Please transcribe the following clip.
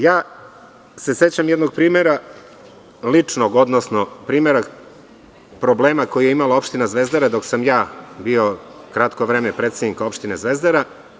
Sećam se jednog ličnog primera, odnosno primera problema koji je imala opština Zvezdara dok sam ja bio kratko vreme predsednik opštine Zvezdara.